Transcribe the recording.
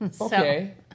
Okay